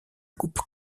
coupe